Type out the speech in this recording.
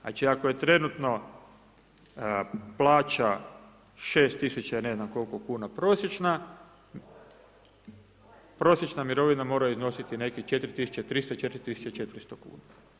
Znači ako je trenutno plaća 6 tisuća i ne znam koliko kuna prosječna, prosječna mirovina mora iznositi nekih 4300, 4400 kn.